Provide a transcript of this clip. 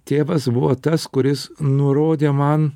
tėvas buvo tas kuris nurodė man